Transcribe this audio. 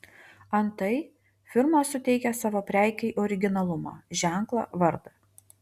antai firmos suteikia savo prekei originalumą ženklą vardą